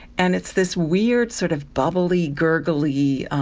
and it's this weird sort of bubbly, gurgley,